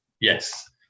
yes